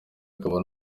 akaba